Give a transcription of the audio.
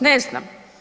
Ne znam.